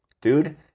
Dude